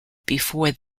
before